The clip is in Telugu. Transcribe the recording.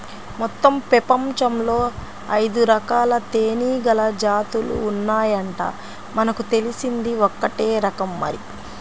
మొత్తం పెపంచంలో ఐదురకాల తేనీగల జాతులు ఉన్నాయంట, మనకు తెలిసింది ఒక్కటే రకం మరి